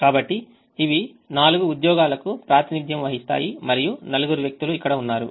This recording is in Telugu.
కాబట్టి ఇవి నాలుగు ఉద్యోగాలకు ప్రాతినిధ్యం వహిస్తాయి మరియు నలుగురు వ్యక్తులు ఇక్కడ ఉన్నారు